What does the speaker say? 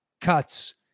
cuts